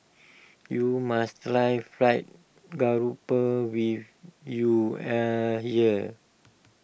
you must try Fried Grouper when you are here